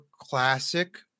classic